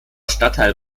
stadtteil